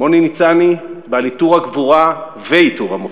מוני ניצני, בעל עיטור הגבורה ועיטור המופת,